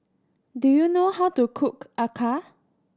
do you know how to cook acar